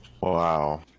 Wow